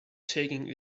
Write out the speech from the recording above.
taking